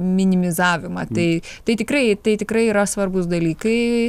minimizavimą tai tai tikrai tai tikrai yra svarbūs dalykai